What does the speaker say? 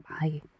bye